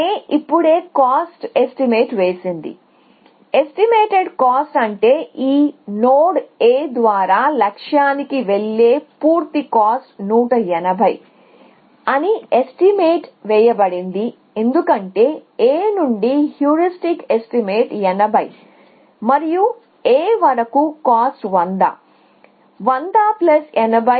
A ఇప్పుడే cost estimate వేసింది estimated cost అంటే ఈ నోడ్ A ద్వారా లక్ష్యానికి వెళ్ళే పూర్తి కాస్ట్180 అని ఎస్టిమేట్ వేయబడింది ఎందుకంటే A నుండి హ్యూరిస్టిక్ ఎస్టిమేట్ 80 మరియు A వరకు కాస్ట్ 100